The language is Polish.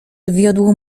wiodło